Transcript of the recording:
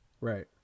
Right